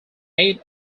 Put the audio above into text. made